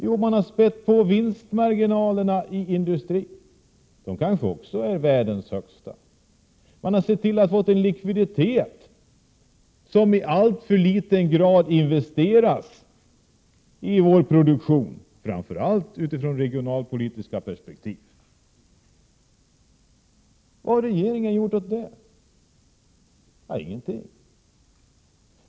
Jo, man har spätt på vinstmarginalerna i industrin, de kanske också är världens högsta, man har sett till att vi har fått en likviditet som i alltför liten grad investeras i produktionen, framför allt om vi ser det från regionalpolitiska perspektiv. Vad har regeringen gjort åt detta? Ingenting.